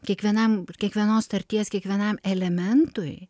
kiekvienam kiekvienos tarties kiekvienam elementui